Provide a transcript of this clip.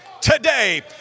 today